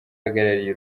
ihagarariye